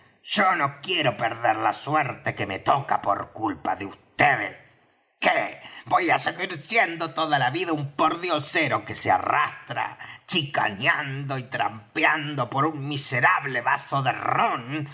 yo no quiero perder la suerte que me toca por culpa de vds qué voy á seguir siendo toda la vida un pordiosero que se arrastra chicaneando y trampeando por un miserable vaso de rom cuando debo y